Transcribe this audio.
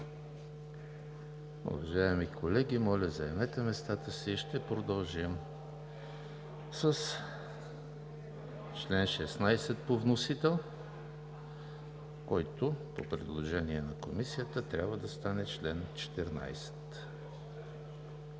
Уважаеми колеги, моля, заемете местата си. Ще продължим с чл. 16 по вносител, който по предложение на Комисията трябва да стане чл. 14.